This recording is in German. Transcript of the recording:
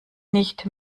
nicht